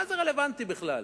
מה זה רלוונטי בכלל?